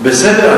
בסדר,